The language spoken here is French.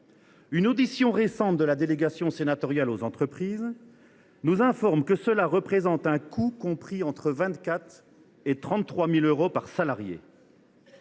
Une audition récente de la délégation sénatoriale aux entreprises nous informe que cela représente un coût compris entre 24 000 et 33 000 euros par salarié